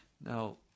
Now